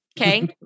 Okay